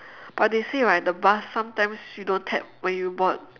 but they say right the bus sometimes you don't tap when you board